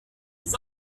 les